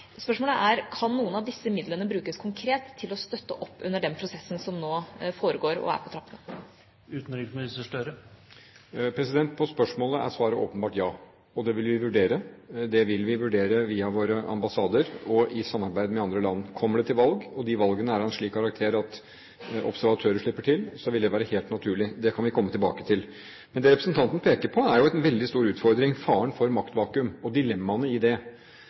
Spørsmålet er: Kan noen av disse midlene brukes konkret til å støtte opp under den prosessen som nå foregår og er på trappene? På spørsmålet er svaret åpenbart ja. Det vil vi vurdere via våre ambassader og i samarbeid med andre land. Kommer det til valg, og de valgene er av en slik karakter at observatører slipper til, så vil det være helt naturlig. Det kan vi komme tilbake til. Men det representanten peker på, er en veldig stor utfordring: faren for maktvakuum og dilemmaene i det.